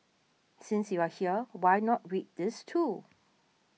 since you are here why not read these too